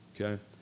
Okay